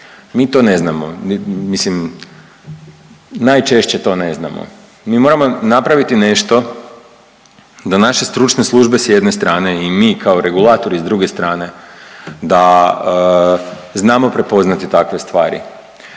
Mi to ne znamo, mislim najčešće to ne znamo. Mi moramo napraviti nešto da naše stručne službe i mi kao regulatori s druge strane da znamo prepoznati takve stvari.